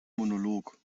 monolog